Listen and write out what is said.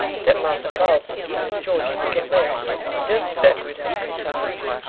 dat marser carlton an miss georgy would get married den, speck, we'd have good times.